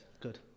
Good